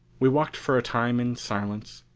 we walked for a time in silence,